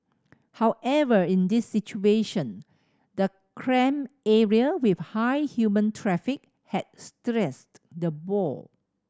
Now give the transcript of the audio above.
however in this situation the cramped area with high human traffic had stressed the boar